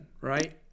right